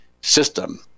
system